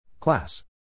Class